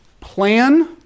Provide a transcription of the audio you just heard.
Plan